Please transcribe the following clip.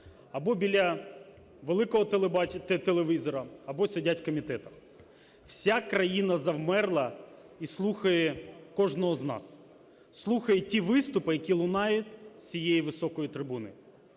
або біля великого телевізора, або сидять в комітетах: вся країна завмерла і слухає кожного з нас, слухає ті виступи, які лунають з цієї високої трибуни.